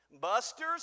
Buster's